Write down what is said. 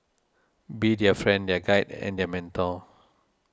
be their friend their guide and their mentor